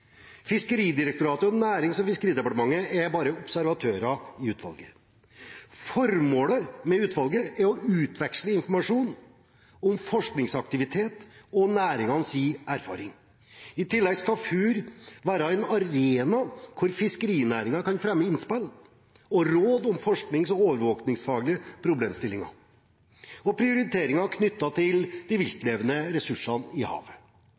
Fiskeridirektoratet og Nærings- og fiskeridepartementet er bare observatører i utvalget. Formålet med utvalget er å utveksle informasjon om forskningsaktivitet og næringenes erfaring. I tillegg skal FUR være en arena hvor fiskerinæringen kan fremme innspill og råd om forsknings- og overvåkningsfaglige problemstillinger og prioriteringer knyttet til de viltlevende ressursene i